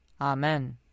Amen